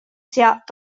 siat